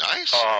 Nice